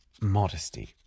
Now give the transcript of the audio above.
modesty